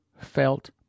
felt